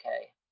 okay